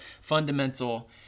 fundamental